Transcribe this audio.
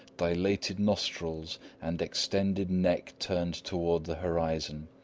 dilated nostrils, and extended neck turned towards the horizon,